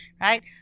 Right